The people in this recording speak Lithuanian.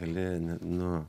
gali ne nu